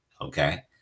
okay